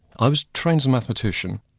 i was trained as a mathematician,